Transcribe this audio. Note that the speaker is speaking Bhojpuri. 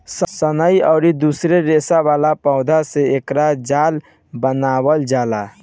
सनई अउरी दूसरी रेसा वाला पौधा से एकर जाल बनावल जाला